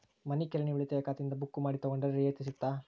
ಮನಿ ಕಿರಾಣಿ ಉಳಿತಾಯ ಖಾತೆಯಿಂದ ಬುಕ್ಕು ಮಾಡಿ ತಗೊಂಡರೆ ರಿಯಾಯಿತಿ ಸಿಗುತ್ತಾ?